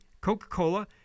Coca-Cola